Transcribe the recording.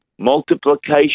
multiplication